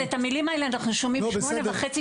אבל את המילים האלה אנחנו שומעים כבר שמונה שנים וחצי,